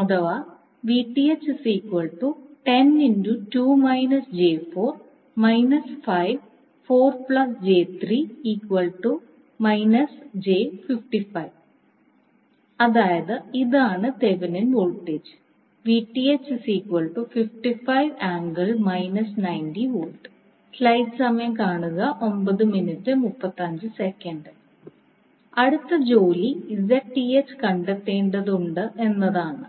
അഥവാ അതായത് ഇതാണ് തെവെനിൻ വോൾട്ടേജ് അടുത്ത ജോലി Zth കണ്ടെത്തേണ്ടതുണ്ട് എന്നതാണ്